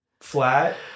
flat